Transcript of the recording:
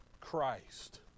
Christ